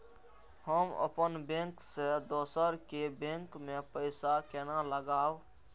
हम अपन बैंक से दोसर के बैंक में पैसा केना लगाव?